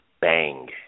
Bang